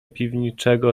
piwnicznego